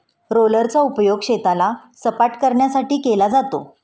रोलरचा उपयोग शेताला सपाटकरण्यासाठी केला जातो